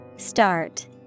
Start